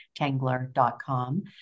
tangler.com